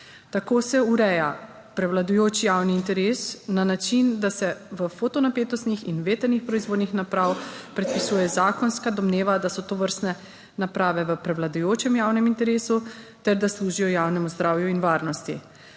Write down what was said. Tako se ureja prevladujoči javni interes na način, da se za fotonapetost in vetrne proizvodne naprave predpisuje zakonska domneva, da so tovrstne naprave v prevladujočem javnem interesu, ter da služijo javnemu zdravju in varnosti.